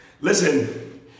Listen